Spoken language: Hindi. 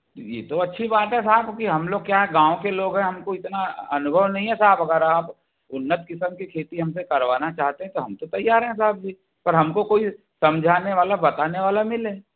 ये तो अच्छी बात है साहब कि हम लोग क्या है गांव के लोग है हमको इतना अनुभव नहीं है साहब अगर आप उन्नत किस्म की खेती हमसे करवाना चाहते हैं वो हम तो तैयार हैं साहब जी पर हमको कोई समझाने वाला बताने वाला मिले